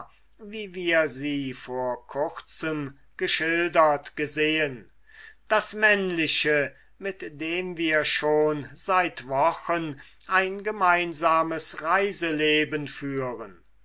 wie wir sie vor kurzem geschildert gesehen das männliche mit dem wir schon seit wochen ein gemeinsames reiseleben führen